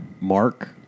Mark